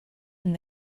and